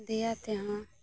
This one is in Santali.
ᱫᱮᱭᱟ ᱛᱮᱦᱚᱸ